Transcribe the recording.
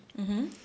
mmhmm